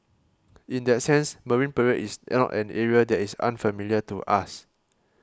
in that sense Marine Parade is not an area that is unfamiliar to us